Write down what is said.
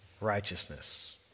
righteousness